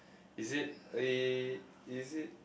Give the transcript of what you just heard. is it uh is it